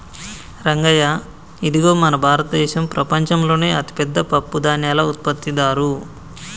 రంగయ్య ఇదిగో మన భారతదేసం ప్రపంచంలోనే అతిపెద్ద పప్పుధాన్యాల ఉత్పత్తిదారు